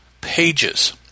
pages